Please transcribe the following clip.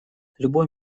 любой